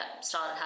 started